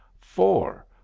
Four